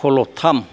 खलब थाम